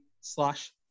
slash